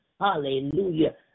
Hallelujah